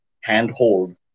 handhold